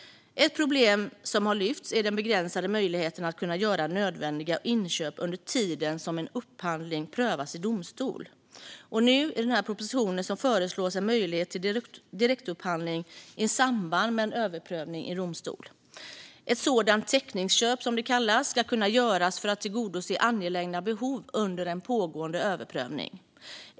Ett problem som har lyfts upp är den begränsade möjligheten att göra nödvändiga inköp under tiden en upphandling prövas i domstol. I propositionen föreslås en möjlighet till direktupphandling i samband med en överprövning i domstol. Ett sådant täckningsköp, som det kallas, ska kunna göras för att tillgodose angelägna behov under en pågående överprövning.